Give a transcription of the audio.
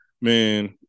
Man